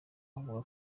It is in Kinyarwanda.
avuga